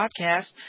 podcast